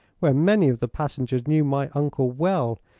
where many of the passengers knew my uncle well.